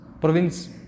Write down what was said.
province